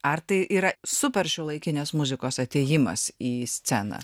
ar tai yra super šiuolaikinės muzikos atėjimas į sceną